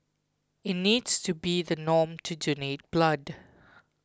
it needs to be the norm to donate blood